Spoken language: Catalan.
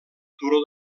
turó